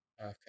okay